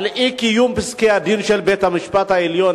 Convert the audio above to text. אי-קיום של פסקי-הדין של בית-המשפט העליון,